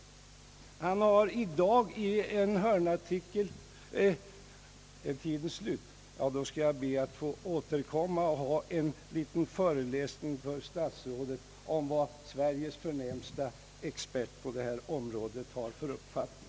— Jag märker att min tid för replik är ute och skall be att få återkomma med en liten föreläsning för statsrådet om vad Sveriges förnämsta expert på det här området har för uppfattning!